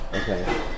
Okay